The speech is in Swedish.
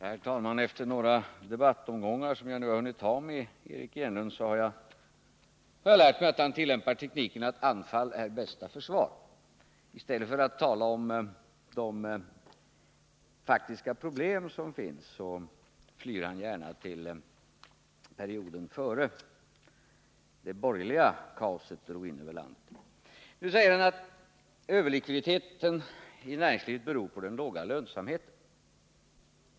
Herr talman! Efter de debattomgångar som jag nu hunnit ha med Eric Enlund har jag lärt mig att han tillämpar tekniken att anfall är bästa försvar. I stället för att tala om de faktiska problem som finns flyr han gärna till perioden före det att det borgerliga kaoset drog in över landet. Nu säger Eric Enlund att överlikviditeten i näringslivet beror på den låga lönsamheten.